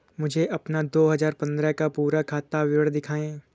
मुझे अपना दो हजार पन्द्रह का पूरा खाता विवरण दिखाएँ?